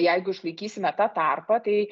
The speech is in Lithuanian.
jeigu išlaikysime tą tarpą tai